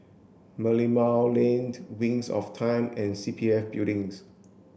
Merlimau Lane Wings of Time and C P F Buildings